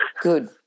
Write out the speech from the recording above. Good